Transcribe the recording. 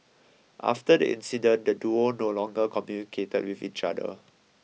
after the incident the duo no longer communicated with each other